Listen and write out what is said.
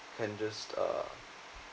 can just uh